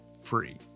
free